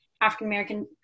African-American